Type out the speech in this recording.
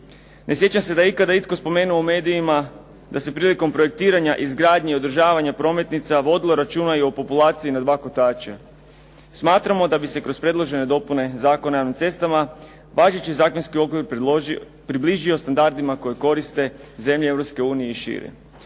Ne sjećam se da je ikada itko spomenuo u medijima da se prilikom projektiranja, izgradnje i održavanja prometnica vodilo računa i o populaciji na dva kotača. Smatramo da bi se kroz predložene Dopune Zakona o javnim cestama važeći zakonski okvir približio standardima koje koriste zemlje Europske